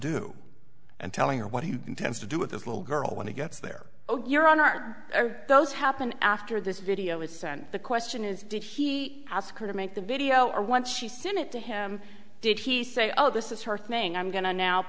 do and telling her what he intends to do with this little girl when he gets there oh you're on our air those happened after this video is said and the question is did he ask her to make the video or once she sent it to him did he say oh this is her thing i'm going to now